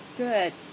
Good